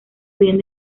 bien